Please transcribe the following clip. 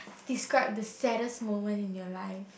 describe the saddest moment in your life